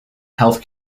health